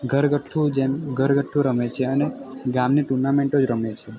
ઘરગથ્થુ જ એમ ઘરગથ્થુ રમે છે અને ગામની ટુર્નામેન્ટો જ રમે છે